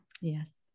Yes